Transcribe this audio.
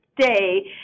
day